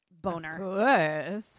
boner